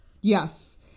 Yes